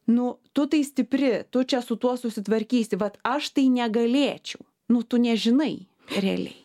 nu tu tai stipri tu čia su tuo susitvarkysi vat aš tai negalėčiau nu tu nežinai realiai